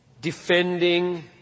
defending